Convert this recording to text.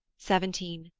seventeen.